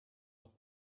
noch